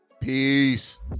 Peace